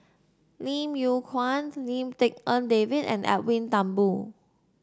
Lim Yew Kuan Lim Tik En David and Edwin Thumboo